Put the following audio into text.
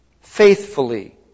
faithfully